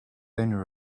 owner